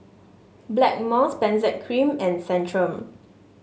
Blackmores Benzac Cream and Centrum